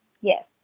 Yes